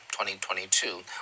2022